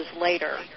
later